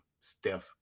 Steph